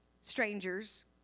strangers